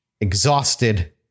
exhausted